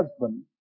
husband